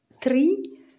three